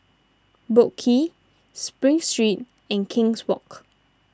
Boat Quay Spring Street and King's Walk